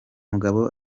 mugabo